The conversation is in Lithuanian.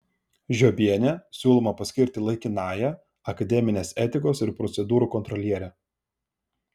žiobienę siūloma paskirti laikinąja akademinės etikos ir procedūrų kontroliere